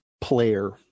player